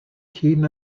hun